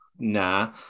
nah